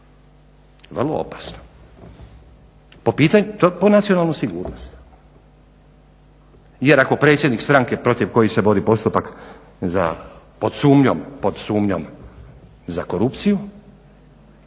vrlo opasna po nacionalnu sigurnost. Jer ako predsjednik stranke protiv koje se vodi postupak pod sumnjom za korupciju